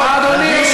אדוני,